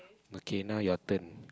okay now your turn